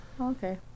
Okay